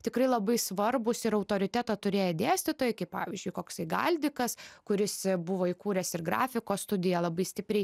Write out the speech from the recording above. tikrai labai svarbūs ir autoritetą turėję dėstytojai kaip pavyzdžiui koksai galdikas kuris buvo įkūręs ir grafikos studiją labai stipriai